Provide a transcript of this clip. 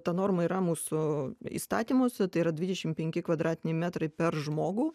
ta norma yra mūsų įstatymuose tai yra dvidešim penki kvadratiniai metrai per žmogų